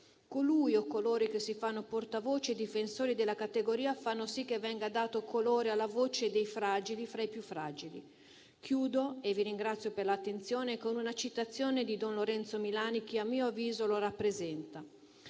Colui o coloro che si fanno portavoce e difensori della categoria fanno sì che venga dato colore alla voce dei fragili fra i più fragili. Chiudo - e vi ringrazio per l'attenzione - con una citazione di don Lorenzo Milani che a mio avviso lo rappresenta: